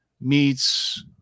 meets